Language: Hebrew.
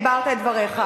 דיברת את דבריך.